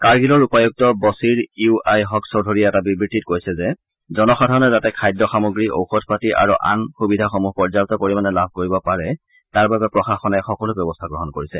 কাৰ্গিলৰ উপায়ুক্ত বচিৰ ইউ আই হক চৌধৰীয়ে এটা বিবৃতিত কৈছে জনসাধাৰণে যাতে খাদ্য সামগ্ৰী ঔষধ পাতি আৰু আন সুবিধাসমূহ পৰ্যপ্ত পৰিমানে লাভ কৰিব পাৰে তাৰ বাবে প্ৰশাসনে সকলো ব্যৱস্থা গ্ৰহণ কৰিছে